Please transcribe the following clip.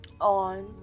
on